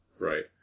Right